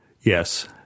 Yes